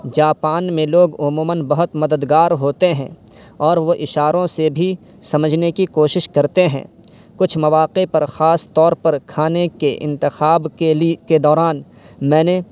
Japan میں لوگ عموماً بہت مددگار ہوتے ہیں اور وہ اشاروں سے بھی سمجھنے کی کوشش کرتے ہیں کچھ مواقع پر خاص طور پر کھانے کے انتخاب کے لی کے دوران میں نے